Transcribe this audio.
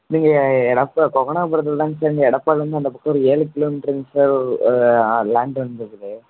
நீங்கள் எடப்ப கொங்கனாபுரத்தில் தாங்க சார் இந்த எடப்பாடிலேருந்து அந்த பக்கம் ஒரு ஏழு கிலோ மீட்ருங்க சார் லேண்ட் வந்திருக்குது